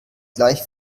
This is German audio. gleich